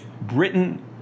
Britain